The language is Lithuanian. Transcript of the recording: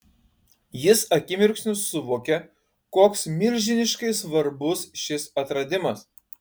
jis akimirksniu suvokė koks milžiniškai svarbus šis atradimas